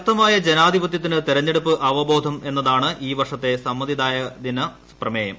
ശക്തമായ ജനാധിപത്യത്തിന് തെരഞ്ഞെടുപ്പ് അവബോധം എന്നതാണ് ഈ വർഷത്തെ സമ്മതിദായക ദിന പ്രമേയം